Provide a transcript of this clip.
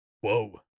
whoa